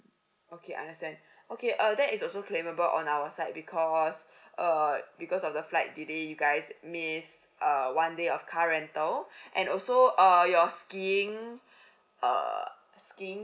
okay understand okay uh that is also claimable on our side because uh because of the flight delay you guys miss err one day of car rental and also uh your skiing uh skiing